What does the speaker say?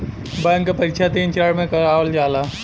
bank क परीक्षा तीन चरण में करावल जाला